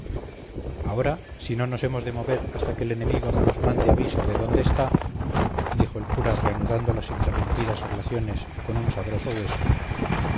ahora si no nos hemos de mover hasta que el enemigo no nos mande aviso de dónde está dijo el cura reanudando las interrumpidas relaciones con un sabroso hueso